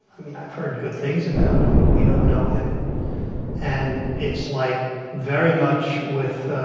i mean, i've heard good things about him, but we don't know him and it's like very much with